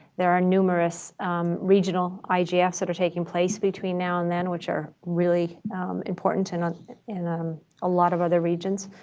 there are numerous regional igfs that are taking place between now and then which are really important to not in um a lot of other regions.